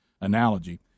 analogy